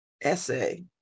essay